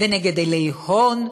ונגד אילי הון,